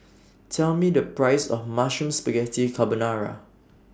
Tell Me The Price of Mushroom Spaghetti Carbonara